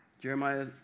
Jeremiah